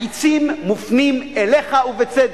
החצים מופנים אליך, ובצדק.